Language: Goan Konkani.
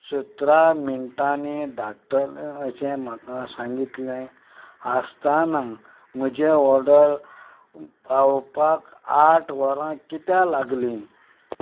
सतरा मिणटांनी धाडटले अशें म्हाका सांगितलें आसताना म्हजें ऑर्डर पावोवपाक आठ वरां कित्याक लागलीं